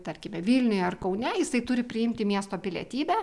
tarkime vilniuje ar kaune jisai turi priimti miesto pilietybę